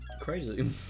Crazy